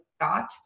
thought